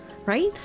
right